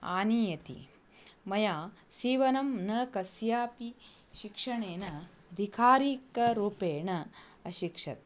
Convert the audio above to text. आनीयति मया सीवनं न कस्यापि शिक्षणेन अधिकारिकरूपेण अशिक्षत्